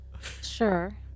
Sure